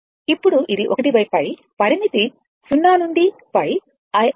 ఇప్పుడు ఇది 1 π పరిమితి 0 నుండి π Im2sin2θ